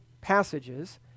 passages